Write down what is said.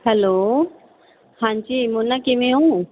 hello ਹਾਂਜੀ ਮੋਨਾ ਕਿਵੇਂ ਹੋ